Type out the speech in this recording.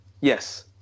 Yes